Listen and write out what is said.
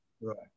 Right